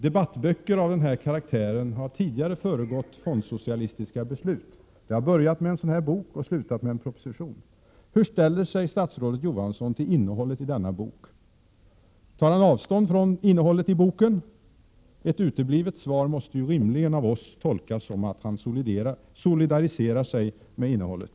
Debattböcker av den här karaktären har tidigare föregått fondsocialistiska beslut. Det har börjat med en sådan här bok och slutat med en proposition. Hur ställer sig statsrådet Johansson till innehållet i denna bok? Tar han avstånd från innehållet i boken? Ett uteblivet svar måste rimligtvis av oss tolkas som att han solidariserar sig med innehållet.